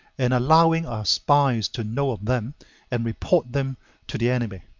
and allowing our spies to know of them and report them to the enemy.